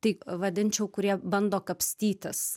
tai vadinčiau kurie bando kapstytis